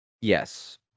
Yes